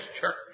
church